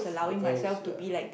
because ya